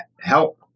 help